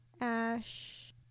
Ash